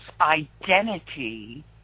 identity